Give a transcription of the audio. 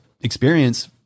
experience